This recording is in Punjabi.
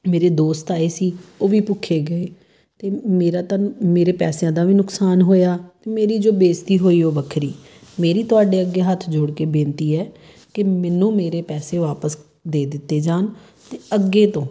ਮੇਰੇ ਦੋਸਤ ਆਏ ਸੀ ਉਹ ਵੀ ਭੁੱਖੇ ਗਏ ਅਤੇ ਮੇਰਾ ਤਾਂ ਮੇਰੇ ਪੈਸਿਆਂ ਦਾ ਵੀ ਨੁਕਸਾਨ ਹੋਇਆ ਅਤੇ ਮੇਰੀ ਜੋ ਬੇਇੱਜ਼ਤੀ ਹੋਈ ਉਹ ਵੱਖਰੀ ਮੇਰੀ ਤੁਹਾਡੇ ਅੱਗੇ ਹੱਥ ਜੋੜ ਕੇ ਬੇਨਤੀ ਹੈ ਕਿ ਮੈਨੂੰ ਮੇਰੇ ਪੈਸੇ ਵਾਪਿਸ ਦੇ ਦਿੱਤੇ ਜਾਣ ਅਤੇ ਅੱਗੇ ਤੋਂ